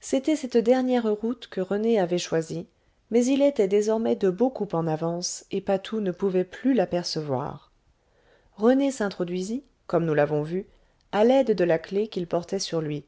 c'était cette dernière route que rené avait choisie mais il était désormais de beaucoup en avance et patou ne pouvait plus l'apercevoir rené s'introduisit comme nous l'avons vu à l'aide de la clé qu'il portait sur lui